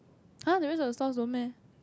[huh] the rest of the stalls don't meh